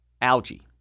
algae